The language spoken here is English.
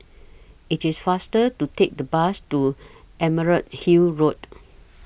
IT IS faster to Take The Bus to Emerald Hill Road